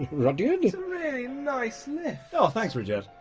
rudyard? it's a really nice lift. so thanks, rudyard!